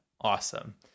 awesome